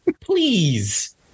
Please